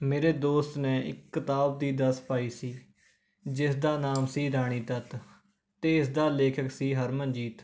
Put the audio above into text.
ਮੇਰੇ ਦੋਸਤ ਨੇ ਇੱਕ ਕਿਤਾਬ ਦੀ ਦੱਸ ਪਾਈ ਸੀ ਜਿਸ ਦਾ ਨਾਮ ਸੀ ਰਾਣੀ ਤੱਤ ਅਤੇ ਇਸ ਦਾ ਲੇਖਕ ਸੀ ਹਰਮਨਜੀਤ